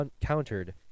countered